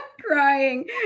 crying